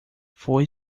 foi